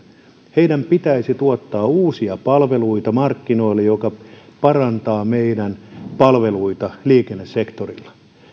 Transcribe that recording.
heidän pitäisi tuottaa uusia palveluita markkinoille jotka parantavat meidän palveluitamme liikennesektorilla